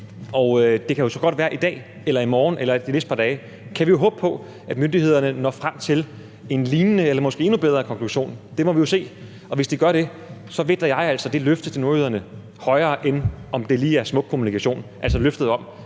være, at myndighederne i dag eller i morgen eller de par næste dage – det kan vi jo håbe på – når frem til en lignende eller måske endnu bedre konklusion. Det må vi jo se. Hvis de gør det, vægter jeg altså det løfte til nordjyderne højere, end om det lige er smuk kommunikation – altså løftet om,